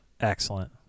Excellent